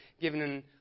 given